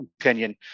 opinion